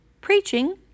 preaching